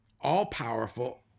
all-powerful